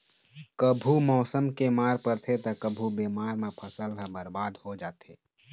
कभू मउसम के मार परथे त कभू बेमारी म फसल ह बरबाद हो जाथे